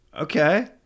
okay